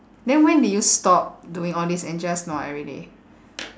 then when did you stop doing all this and just nua every day